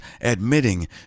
admitting